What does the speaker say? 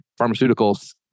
pharmaceuticals